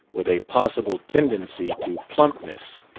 with a possible tendency to plumpness.